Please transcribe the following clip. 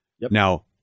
now